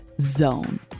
.zone